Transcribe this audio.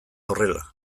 horrela